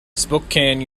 spokane